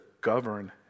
govern